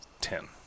Ten